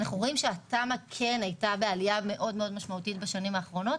התמ"א כן הייתה בעליה מאוד משמעותית בשנים האחרונות,